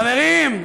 חברים,